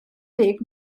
ddeg